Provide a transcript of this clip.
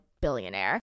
billionaire